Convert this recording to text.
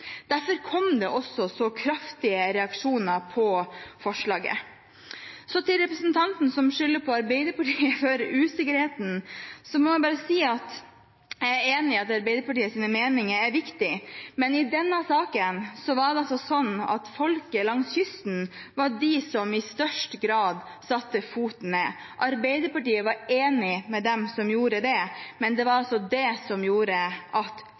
Derfor kom det også så kraftige reaksjoner på forslaget. Så til representanten som skylder på Arbeiderpartiet for usikkerheten, må jeg bare si at jeg er enig i at Arbeiderpartiets meninger er viktige, men i denne saken var det folket langs kysten som i størst grad satte foten ned. Arbeiderpartiet var enig med dem som gjorde det, men det var altså det som gjorde at